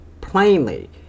plainly